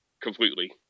completely